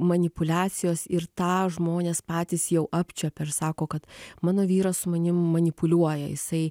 manipuliacijos ir tą žmonės patys jau apčiuopia ir sako kad mano vyras su manim manipuliuoja jisai